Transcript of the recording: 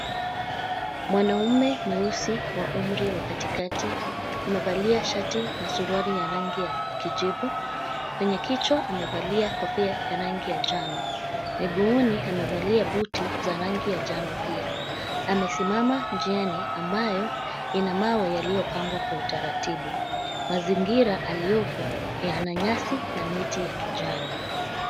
Mwanaume mweusi wa umri wa katikati amevalia shati na suruali ya rangi ya kijivu. Kwenye kichwa amevalia kofia ya rangi njano. Miguuni amevalia buti za rangi ya njano. Pia amesimama njiani ambayo ina mawe yaliyopangwa kwa utaratibu. Mazingira aliyopo yana nyasi na miti ya kijani.